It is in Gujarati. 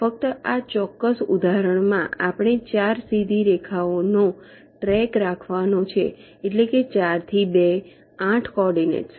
ફક્ત આ ચોક્કસ ઉદાહરણમાં આપણે 4 સીધી રેખાઓનો ટ્રૅક રાખવાનો છે એટલે કે 4 થી 2 8 કોઓર્ડિનેટ્સ